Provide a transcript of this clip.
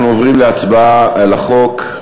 אנחנו עוברים להצבעה על החוק.